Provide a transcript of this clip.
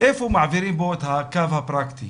איפה מעבירים בו את הקו הפרקטי